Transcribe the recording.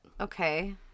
Okay